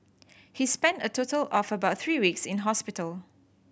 he spent a total of about three weeks in hospital